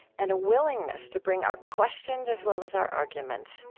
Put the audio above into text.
and a willingness to bring our questions as well as our arguments,